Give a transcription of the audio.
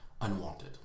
unwanted